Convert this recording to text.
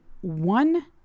one